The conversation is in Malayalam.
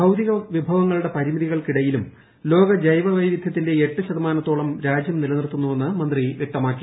ഭൌതിക വിഭവങ്ങളുടെ പരിമിതികൾക്കിടയിലും ലോക ജൈവ വൈവിധൃത്തിന്റെ എട്ട് ശതമാനത്തോളം രാജ്യം നിലനിർത്തുന്നുവെന്ന് മന്ത്രി വ്യക്തമാക്കി